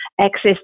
access